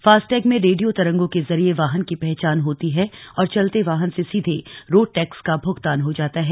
FASTag में radio तरंगों के जरिये वाहन की पहचान होती है और चलते वाहन से सीधे पथकर का भुगतान हो जाता है